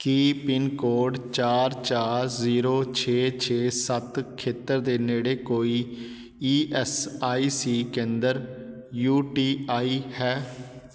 ਕੀ pin code ਚਾਰ ਚਾਰ zero ਛੇ ਛੇ ਸੱਤ ਖੇਤਰ ਦੇ ਨੇੜੇ ਕੋਈ ਈ ਐੱਸ ਆਈ ਸੀ ਕੇਂਦਰ ਯੂ ਟੀ ਆਈ ਹੈ